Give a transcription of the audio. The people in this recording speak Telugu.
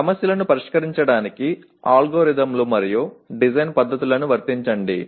సమస్యలను పరిష్కరించడానికి అల్గోరిథంలు మరియు డిజైన్ పద్ధతులను వర్తించండి